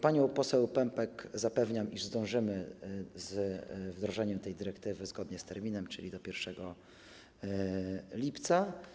Panią poseł Pępek zapewniam, iż zdążymy z wdrożeniem tej dyrektywy zgodnie z terminem, czyli do 1 lipca.